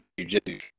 jujitsu